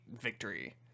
victory